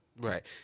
Right